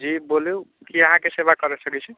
जी बोलू की अहाँके सेवा करि सकै छी